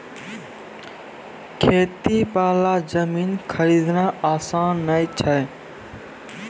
खेती वाला जमीन खरीदना आसान नय छै